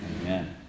Amen